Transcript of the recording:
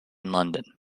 london